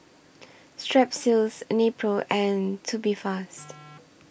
Strepsils Nepro and Tubifast